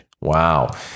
Wow